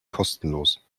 kostenlos